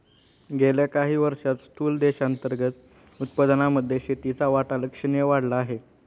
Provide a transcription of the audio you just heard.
गेल्या काही वर्षांत स्थूल देशांतर्गत उत्पादनामध्ये शेतीचा वाटा लक्षणीय वाढला आहे